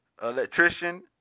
Electrician